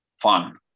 fun